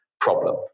problem